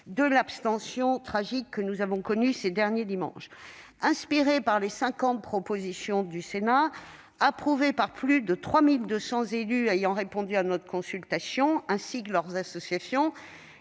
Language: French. de l'abstention tragique que nous avons connue ces derniers dimanches ? Inspiré par les cinquante propositions du Sénat, approuvées par plus de 3 200 élus ayant répondu à notre consultation, ainsi que par leurs associations,